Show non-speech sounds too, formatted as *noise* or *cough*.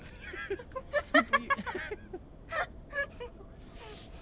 *laughs*